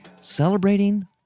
celebrating